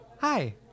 Hi